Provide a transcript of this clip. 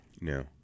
no